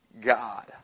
God